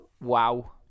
Wow